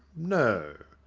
no,